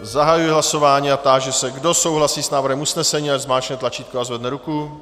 Zahajuji hlasování a táži se, kdo souhlasí s návrhem usnesení, ať zmáčkne tlačítko a zvedne ruku.